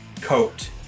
coat